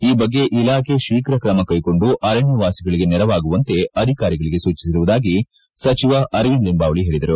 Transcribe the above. ಈ ಬಗ್ಗೆ ಇಲಾಖೆ ಶೀಘ್ರ ಕ್ರಮ ಕೈಗೊಂಡು ಅರಣ್ಣವಾಸಿಗಳಿಗೆ ನೆರವಾಗುವಂತೆ ಅಧಿಕಾರಿಗಳಿಗೆ ಸೂಚಿಸಿರುವುದಾಗಿ ಸಚಿವ ಅರವಿಂದ ಲಿಂಬಾವಳಿ ಹೇಳಿದರು